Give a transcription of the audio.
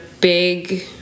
big